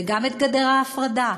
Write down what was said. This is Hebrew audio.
וגם את גדר ההפרדה,